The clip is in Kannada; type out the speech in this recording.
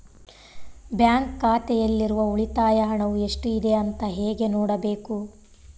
ಬ್ಯಾಂಕ್ ಖಾತೆಯಲ್ಲಿರುವ ಉಳಿತಾಯ ಹಣವು ಎಷ್ಟುಇದೆ ಅಂತ ಹೇಗೆ ನೋಡಬೇಕು?